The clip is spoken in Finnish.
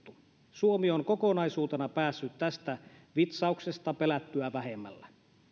suomi on kokonaisuutena päässyt tästä vitsauksesta pelättyä vähemmällä